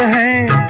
a